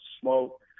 smoke